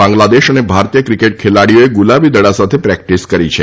બાંગ્લાદેશ અને ભારતીય ક્રિકેટ ખેલાડીઓએ ગુલાબી દડા સાથે પ્રેક્ટીસ કરી છે